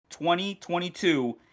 2022